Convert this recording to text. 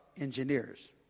engineers